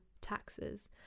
taxes